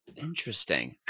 interesting